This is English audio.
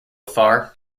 far